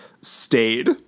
stayed